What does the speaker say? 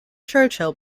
churchill